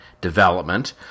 development